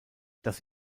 das